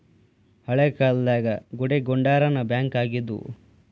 ಹಳೇ ಕಾಲ್ದಾಗ ಗುಡಿಗುಂಡಾರಾನ ಬ್ಯಾಂಕ್ ಆಗಿದ್ವು